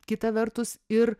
kita vertus ir